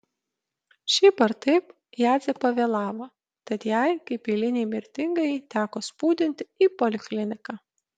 šiaip ar taip jadzė pavėlavo tad jai kaip eilinei mirtingajai teko spūdinti į polikliniką